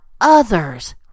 others